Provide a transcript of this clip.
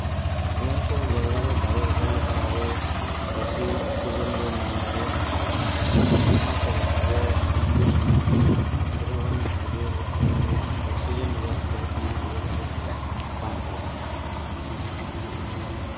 ᱱᱤᱭᱟᱹ ᱠᱚᱡ ᱡᱟᱭᱜᱟ ᱨᱮ ᱫᱟᱨᱮ ᱨᱚᱦᱚᱭ ᱞᱮᱠᱷᱟᱡ ᱟᱵᱚ ᱵᱤᱥᱤ ᱚᱠᱥᱤᱡᱮᱱ ᱵᱚᱱ ᱧᱟᱢ ᱫᱟᱲᱮᱭᱟᱜᱼᱟ ᱚᱱᱟᱛᱮ ᱟᱵᱚ ᱢᱟ ᱱᱢᱤ ᱡᱚᱛᱚᱠᱷᱚᱱ ᱵᱷᱟ ᱜᱤ ᱵᱚᱱ ᱛᱟᱦᱮᱸ ᱫᱟᱲᱮᱭᱟᱜᱼᱟ ᱚᱠᱥᱤᱡᱮᱱ ᱚᱵᱷᱟᱵ ᱛᱮ ᱠᱳᱱᱳ ᱨᱳᱜᱽᱼᱟᱡᱟᱨ ᱵᱟᱝ ᱦᱩᱭᱩᱜᱼᱟ